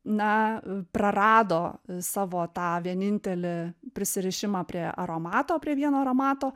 na prarado savo tą vienintelį prisirišimą prie aromato prie vieno aromato